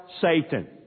Satan